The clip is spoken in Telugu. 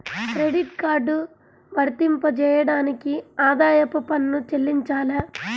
క్రెడిట్ కార్డ్ వర్తింపజేయడానికి ఆదాయపు పన్ను చెల్లించాలా?